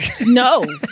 no